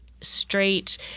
straight